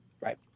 Right